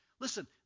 Listen